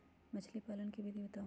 मछली पालन के विधि बताऊँ?